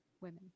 women